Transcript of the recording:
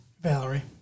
Valerie